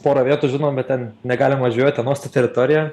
porą vietų žinom bet ten negalim važiuot ten uosto teritorija